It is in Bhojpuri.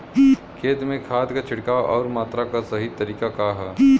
खेत में खाद क छिड़काव अउर मात्रा क सही तरीका का ह?